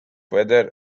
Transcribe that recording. whether